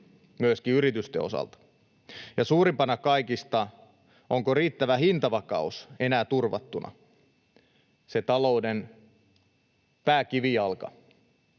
myöskin yritysten osalta? Ja suurimpana kaikista: onko riittävä hintavakaus enää turvattuna, se talouden pääkivijalka